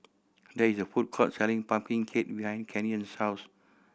there is a food court selling pumpkin cake behind Canyon's house